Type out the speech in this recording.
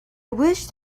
wished